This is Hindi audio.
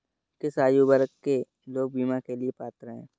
किस आयु वर्ग के लोग बीमा के लिए पात्र हैं?